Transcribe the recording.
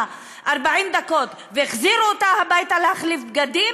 דקות והחזירו אותה הביתה להחליף בגדים: